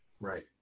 Right